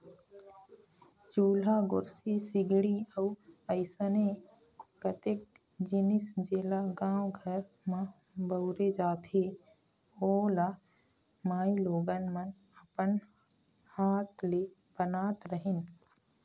चूल्हा, गोरसी, सिगड़ी अउ अइसने कतेक जिनिस जेला गाँव घर म बउरे जाथे ओ ल माईलोगन मन अपन हात ले बनात रहिन